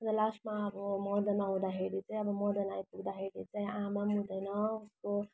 अन्त लास्टमा अब मदन आउँदाखेरि अब मदन आइपुग्दाखेरि चाहिँ आमा पनि हुँदैन उसको